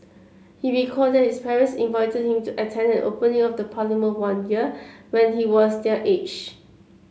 he recalled that his parents invited him to attend an opening of Parliament one year when he was their age